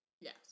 Yes